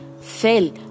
fell